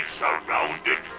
surrounded